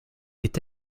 est